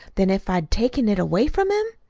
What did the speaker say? than if i'd taken it away from him?